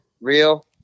real